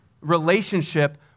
relationship